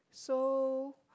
so